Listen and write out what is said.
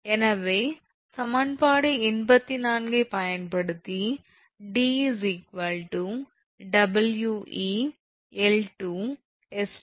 எனவே சமன்பாடு 84 ஐப் பயன்படுத்தி 𝑑 𝑊𝑒𝐿28𝑇